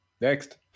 Next